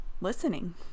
listening